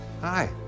hi